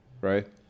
right